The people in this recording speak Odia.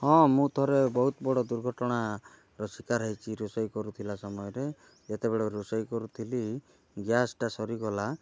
ହଁ ମୁଁ ଥରେ ବହୁତ ବଡ଼ ଦୁର୍ଘଟଣାର ଶିକାର ହୋଇଛି ରୋଷେଇ କରୁଥିଲା ସମୟରେ ଯେତେବେଳେ ରୋଷେଇ କରୁଥିଲି ଗ୍ୟାସ୍ଟା ସରିଗଲା